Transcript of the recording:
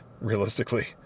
realistically